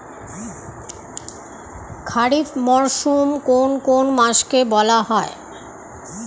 খারিফ মরশুম কোন কোন মাসকে বলা হয়?